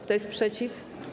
Kto jest przeciw?